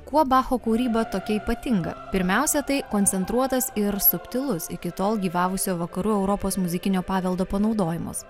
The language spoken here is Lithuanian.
kuo bacho kūryba tokia ypatinga pirmiausia tai koncentruotas ir subtilus iki tol gyvavusio vakarų europos muzikinio paveldo panaudojimas